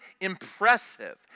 impressive